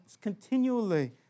continually